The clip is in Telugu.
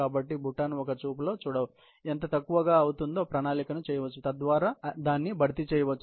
కాబట్టి బుట్టను ఒక చూపులో చూడవచ్చు ఏది తక్కువగా అవుతుందో ప్రణాళిక చేయవచ్చు తద్వారా దాన్ని భర్తీ చేయవచ్చు